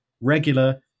regular